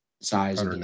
size